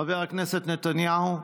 חבר הכנסת נתניהו,